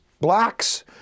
blacks